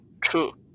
True